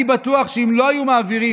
אני בטוח שאם לא היו מעבירים,